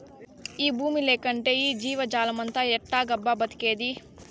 ఈ బూమి లేకంటే ఈ జీవజాలమంతా ఎట్టాగబ్బా బతికేది